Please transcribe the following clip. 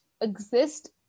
exist